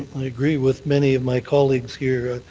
i agree with many of my colleagues here.